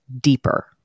deeper